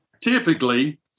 typically